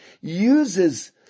uses